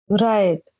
Right